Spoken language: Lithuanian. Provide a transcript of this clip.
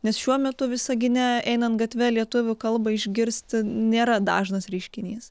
nes šiuo metu visagine einant gatve lietuvių kalbą išgirsti nėra dažnas reiškinys